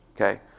Okay